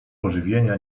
ożywienia